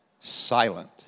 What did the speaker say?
silent